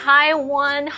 Taiwan